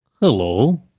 Hello